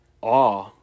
awe